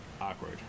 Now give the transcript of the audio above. Awkward